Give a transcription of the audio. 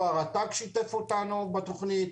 ולא הרט"ג שיתף אותנו בתכנית.